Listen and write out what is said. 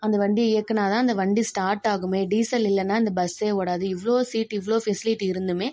அந்த வண்டி இயக்கினாதா அந்த வண்டி ஸ்டார்ட் ஆகும் டீசல் இல்லைனா அந்த பஸ் ஓடாது எவ்வளோ சீட் இவ்வளோ ஃபெசிலிட்டி இருந்தும்